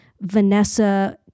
Vanessa